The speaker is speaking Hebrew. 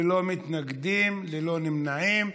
ללא מתנגדים, ללא נמנעים.